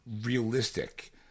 realistic